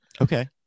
okay